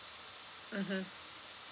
mmhmm